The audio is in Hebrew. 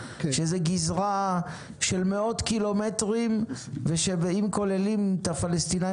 שזו גזרה של מאות קילומטרים ושאם כוללים את הפלסטינים